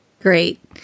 Great